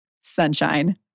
sunshine